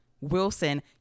Wilson